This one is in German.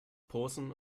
posen